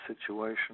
situation